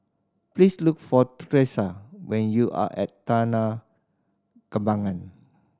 please look for Tresa when you are at Taman Kembangan